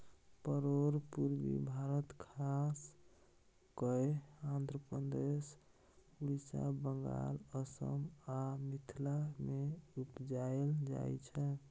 परोर पुर्वी भारत खास कय आंध्रप्रदेश, उड़ीसा, बंगाल, असम आ मिथिला मे उपजाएल जाइ छै